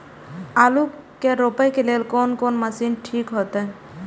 आलू के रोपे के लेल कोन कोन मशीन ठीक होते?